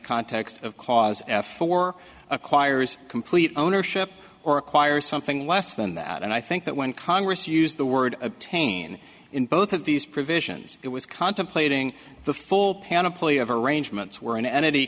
context of cause for acquires complete ownership or acquire something less than that and i think that when congress used the word obtain in both of these provisions it was contemplating the full panoply of arrangements where an entity